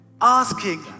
asking